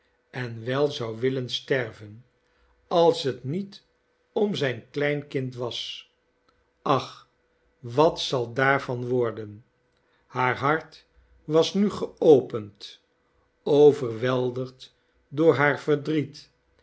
en wel zou willen sterven als het niet om zijn kleinkind was ach wat zal daarvan worden haar hart was nu geopend overweldigd door haar verdriet